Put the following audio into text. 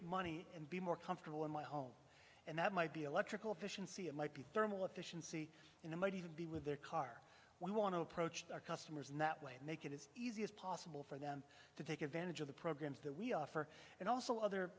money and be more comfortable in my home and that might be electrical efficiency it might be thermal efficiency in a might even be with their car we want to approach their customers in that way and make it as easy as possible for them to take advantage of the programs that we offer and also other